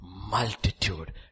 multitude